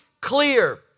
clear